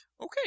okay